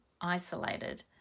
isolated